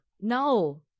No